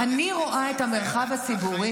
מאיפה יגיעו עוד חיילים?